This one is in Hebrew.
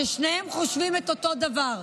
ששניהם חושבים אותו הדבר: